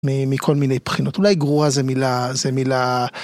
מכל מיני בחינות אולי גרועה זה מילה זה מילה.